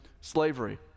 slavery